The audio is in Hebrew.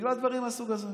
בגלל דברים מהסוג הזה.